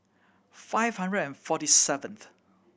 five hundred and forty seventh